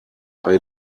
bei